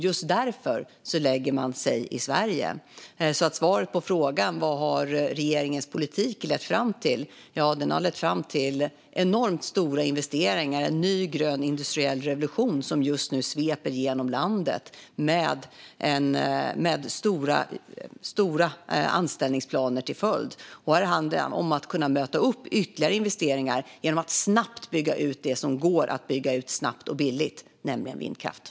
Just därför lägger man sin produktion i Sverige. Svaret på frågan är att regeringens politik har lett fram till enormt stora investeringar och en ny grön industriell revolution som just nu sveper genom landet, med stora anställningsplaner som följd. Här handlar det om att kunna möta ytterligare investeringar genom att snabbt bygga ut det som går att bygga ut snabbt och billigt, nämligen vindkraften.